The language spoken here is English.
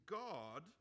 god